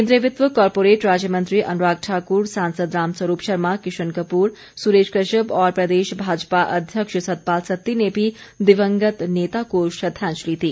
केन्द्रीय वित्त व कॉरपोरेट राज्य मंत्री अनुराग ठाकुर सांसद राम स्वरूप शर्मा किशन कपूर सुरेश कश्यप और प्रदेश भाजपा अध्यक्ष सतपाल सत्ती ने भी दिवंगत नेता को श्रद्धांजलि दी